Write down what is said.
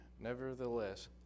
nevertheless